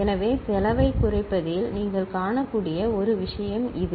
எனவே செலவைக் குறைப்பதில் நீங்கள் காணக்கூடிய ஒரு விஷயம் இது